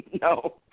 no